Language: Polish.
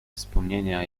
wspomnienia